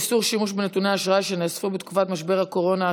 איסור שימוש בנתוני אשראי שנאספו בתקופת משבר הקורונה),